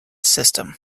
system